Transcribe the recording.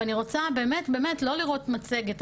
ואני רוצה באמת באמת לא לראות מצגת.